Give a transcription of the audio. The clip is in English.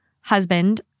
husband